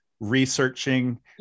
researching